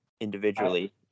individually